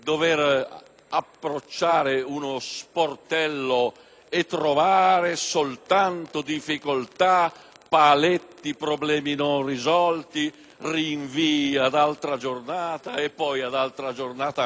accade, per trovare soltanto difficoltà, paletti, problemi non risolti, rinvii ad altra giornata e poi ad altra giornata ancora.